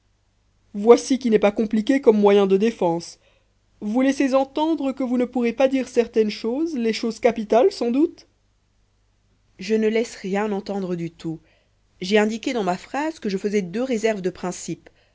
voici qui n'est pas compliqué comme moyen de défense vous laissez entendre que vous ne pourrez pas dire certaines choses les choses capitales sans doute je ne laisse rien entendre du tout j'ai indiqué dans ma phrase que je faisais deux réserves de principe